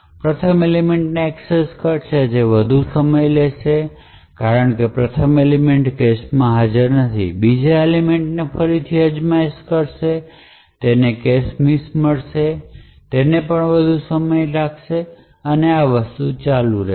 તે પ્રથમ એલિમેંટ ને એક્સેસ કરશે જે વધુ સમય લેશે કારણ કે પ્રથમ એલિમેંટ કેશમાં હાજર નથી પછી તે બીજો એલિમેંટ ફરીથી અજમાવીશ અને તેને કેશ મિસ મળશે અને તેથી તેને પણ વધુ સમય લાગશે અને આ ચાલુ રહે છે